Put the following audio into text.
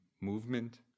movement